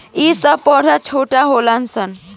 ई सब पौधा छोट होलन सन